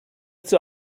zur